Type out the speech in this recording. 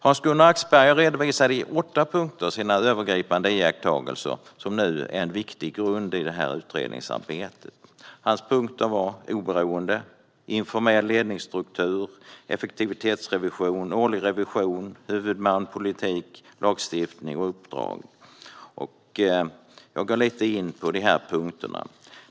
Hans-Gunnar Axberger redovisade sina övergripande iakttagelser i åtta punkter, som nu blir en viktig grund för utredningsarbetet. Hans punkter var oberoende informell ledningsstruktur effektivitetsrevision årlig revision huvudman politik lagstiftning uppdrag. Jag ska gå in lite närmare på punkterna.